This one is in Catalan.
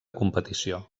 competició